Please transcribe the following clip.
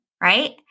right